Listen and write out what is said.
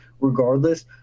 regardless